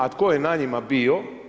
A tko je na njima bio?